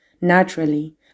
naturally